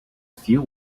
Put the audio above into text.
few